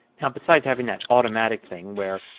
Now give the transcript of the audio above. now besides having that automatic thing where,